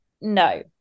No